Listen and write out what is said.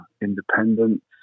independence